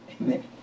Amen